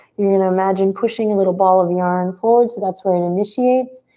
you're gonna imagine pushing a little ball of yarn forward so that's where it initiates.